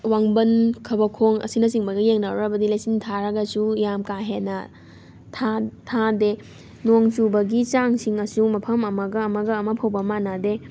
ꯋꯥꯡꯕꯟ ꯈꯕꯈꯣꯡ ꯑꯁꯤꯅꯆꯤꯡꯕꯒ ꯌꯦꯡꯅꯔꯨꯔꯕꯗꯤ ꯂꯩꯆꯤꯜ ꯊꯔꯒꯁꯨ ꯌꯥꯝ ꯀꯥ ꯍꯦꯟꯅ ꯊꯥꯗꯦ ꯅꯣꯡ ꯆꯨꯕꯒꯤ ꯆꯥꯡꯁꯤꯡꯗꯁꯨ ꯃꯐꯝ ꯑꯃꯒ ꯑꯃꯒ ꯑꯃ ꯐꯥꯎꯕ ꯃꯅꯗꯦ